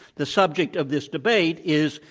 the subject of this debate is,